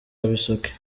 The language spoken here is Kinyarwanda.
bisoke